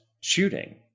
shooting